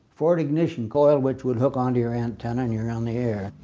ford ignition coil, which would hook onto your antenna and you're the air